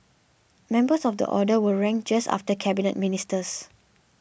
members of the Order were ranked just after Cabinet Ministers